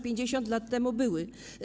50 lat temu były.